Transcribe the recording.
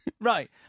Right